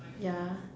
ya